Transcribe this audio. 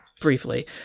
briefly